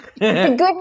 good